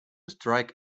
strike